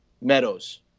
Meadows